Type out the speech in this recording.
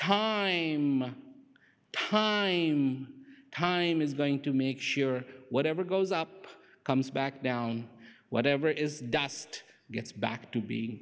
time high time is going to make sure whatever goes up comes back down whatever it is dust gets back to be